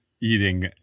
eating